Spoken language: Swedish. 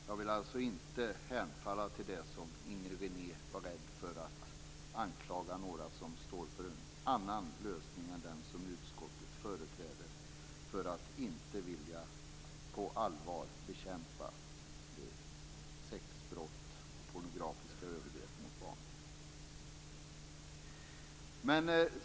Jag vill alltså inte hemfalla till det som Inger René talade om, dvs. att anklaga några som står för en annan lösning än den som utskottet företräder för att inte på allvar vilja bekämpa sexbrott och pornografiska övergrepp mot barn.